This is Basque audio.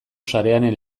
sarearen